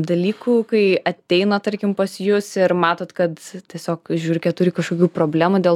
dalykų kai ateina tarkim pas jus ir matot kad tiesiog žiurkė turi kažkokių problemų dėl